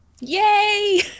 Yay